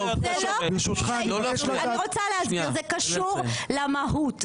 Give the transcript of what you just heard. זה קשור למהות.